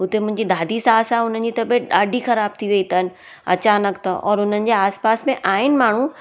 हुते मुंहिंजी दादी सास आहे हुननि जी तबियत ॾाढी ख़राब थी वई अथनि अचानक त और उन्हनि जे आस पास में आहिनि माण्हू